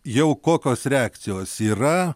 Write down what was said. jau kokios reakcijos yra